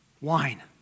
Wine